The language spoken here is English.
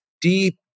deep